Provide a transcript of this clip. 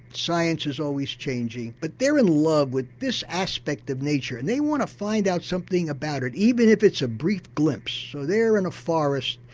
science is always changing but they're in love with this aspect of nature. and they want to find out something about it, even if it's a brief glimpse. so they're in a forest,